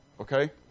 Okay